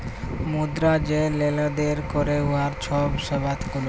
মুদ্রা যে লেলদেল ক্যরে উয়ার ছব সেবা গুলা